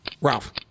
Ralph